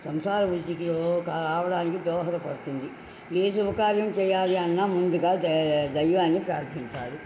సంసార అభివృద్ధికి ఓ కావడానికి దోహదపడుతుంది ఏ శుభకార్యం చేయాలి అన్నా ముందుగా దైవాన్ని ప్రార్థించాలి